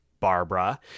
Barbara